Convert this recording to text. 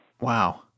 Wow